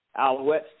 Alouettes